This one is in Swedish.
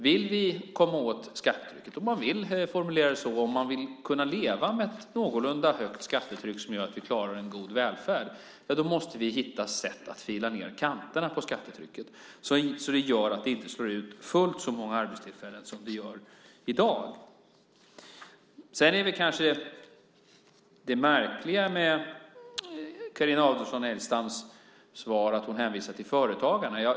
Om vi vill komma åt skattetrycket - om man vill formulera det så att man vill kunna leva med ett någorlunda högt skattetryck som gör att vi klarar en god välfärd - måste vi hitta sätt att fila ned kanterna på skattetrycket så att inte fullt så många arbetstillfällen som i dag slås ut. Det märkliga med Carina Adolfsson Elgestams svar är att hon hänvisar till företagarna.